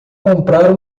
comprar